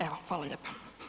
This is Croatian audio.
Evo, hvala lijepa.